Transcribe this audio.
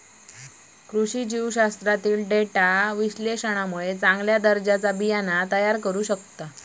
कृषी जीवशास्त्रातील डेटा विश्लेषणामुळे चांगल्या दर्जाचा बियाणा तयार होऊ शकता